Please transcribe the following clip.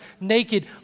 naked